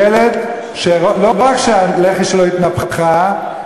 ילד שלא רק שהלחי שלו התנפחה,